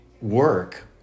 work